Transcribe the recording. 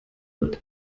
wird